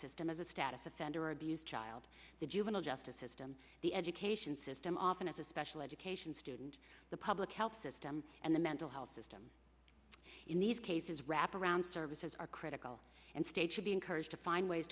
system as a status offender abused child the juvenile justice system the education system often as a special education student the public health system and the mental health system in these cases wraparound services are critical and state should be encouraged to find ways